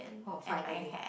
finally